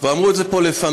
כבר אמרו את זה פה לפני,